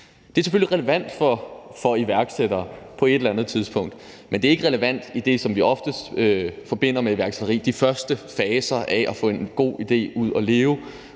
Det er selvfølgelig relevant for iværksættere på et eller andet tidspunkt, men det er ikke relevant i det, som vi oftest forbinder med iværksætteri: de første faser med at få en god idé ført ud